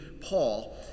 Paul